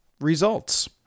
results